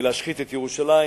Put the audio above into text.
להשחית את ירושלים,